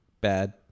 Bad